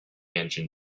engine